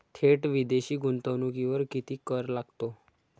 थेट विदेशी गुंतवणुकीवर किती कर लागतो?